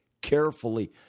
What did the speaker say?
carefully